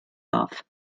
darf